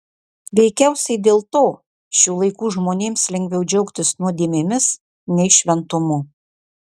veikiausiai dėl to šių laikų žmonėms lengviau džiaugtis nuodėmėmis nei šventumu